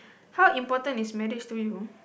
how important is marriage to you